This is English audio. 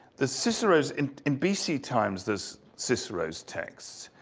the cicero's in in b c. times, those cicero's texts.